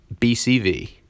BCV